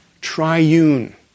triune